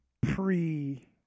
pre